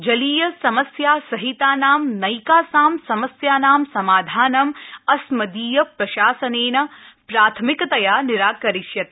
जलीय समस्यासहितानां नैकासों समस्यानां समाधानम् अस्मदीय प्रशासनेन प्राथमिकतया निराकरिष्यते